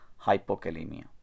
hypokalemia